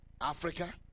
Africa